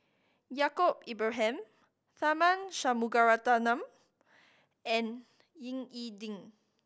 Yaacob Ibrahim Tharman Shanmugaratnam and Ying E Ding